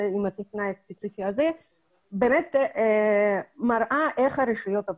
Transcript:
עם הטכנאי הספציפי הזה מראה איך הרשויות עובדות.